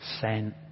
sent